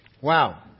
Wow